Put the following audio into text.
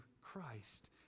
Christ